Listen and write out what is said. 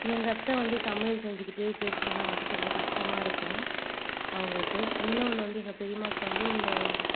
எங்கள் அத்தை வந்து சமையல் செஞ்சிக்கிட்டே பேசனுன்னா வந்து கொஞ்சம் கஷ்டமாக இருக்கும் அவங்களுக்கு இன்னொன்று வந்து எங்கள் பெரியம்மாக்கு வந்து இந்த